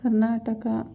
Karnataka